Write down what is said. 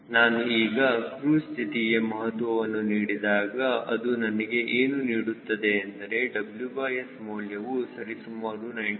ನಾನು ಈಗ ಕ್ರೂಜ್ ಸ್ಥಿತಿಗೆ ಮಹತ್ವವನ್ನು ನೀಡಿದಾಗ ಅದು ನನಗೆ ಏನು ನೀಡುತ್ತದೆ ಎಂದರೆ WS ಮೌಲ್ಯವು ಸರಿಸುಮಾರು 97